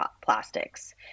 plastics